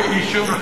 כן?